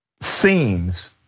scenes